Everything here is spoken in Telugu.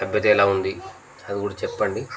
లేకపోతే ఎలా ఉంది అది కూడా చెప్పండి